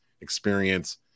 experience